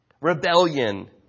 rebellion